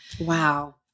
Wow